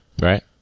Right